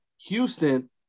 Houston